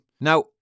Now